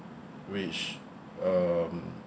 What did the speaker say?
which um